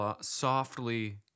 softly